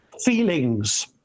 feelings